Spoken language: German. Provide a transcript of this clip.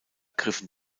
griffen